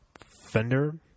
fender